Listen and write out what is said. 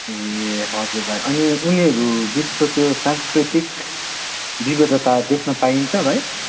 ए हजुर भाइ अनि उनीहरूबिचको त्यो सांस्कृतिक विविधता देख्नपाइन्छ भाइ